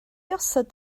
osod